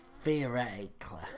Theoretically